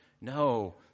No